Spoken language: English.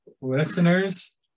Listeners